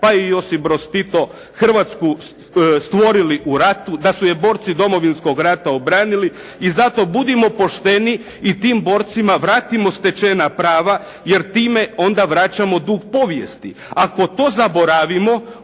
pa i Josip Broz Tito Hrvatsku stvorili u ratu, da su je borci Domovinskog rata obranili i zato budimo pošteni i tim borcima vratimo stečena prava jer time onda vraćamo dug povijesti. Ako to zaboravimo,